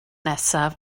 nesaf